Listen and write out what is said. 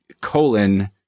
colon